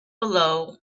below